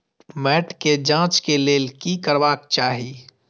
मैट के जांच के लेल कि करबाक चाही?